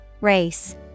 Race